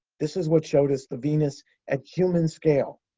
this is what showed us the venus at human scale.